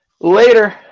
Later